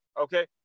okay